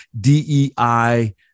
DEI